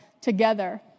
together